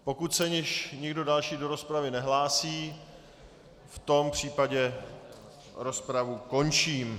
Pokud se již nikdo další do rozpravy nehlásí, v tom případě rozpravu končím.